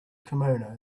kimono